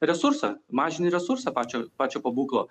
resursą mažini resursą pačio pačio pabūklo